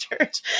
Church